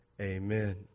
amen